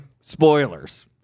spoilers